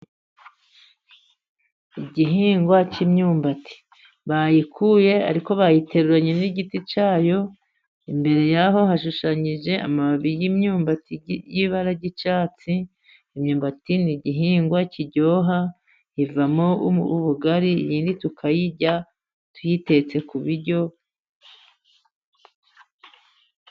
Igihingwa cy'imyumbati. Bayikuye, ariko bayiteruranye n'igiti cyayo . Imbere yaho, hashushanyije amababi y'imyumbati y'ibara ry'icyatsi . Imyumbati , ni igihingwa kiryoha. Ivamo ubugari, indi tukayirya tuyitetse ku biryo.